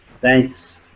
Thanks